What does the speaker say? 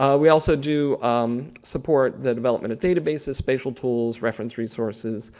um we also do um support the development of databases, spatial tools, reference resources.